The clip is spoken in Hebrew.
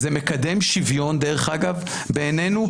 זה מקדם שוויון, דרך אגב, בעינינו.